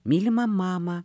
mylimą mamą